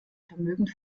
vermögen